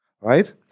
right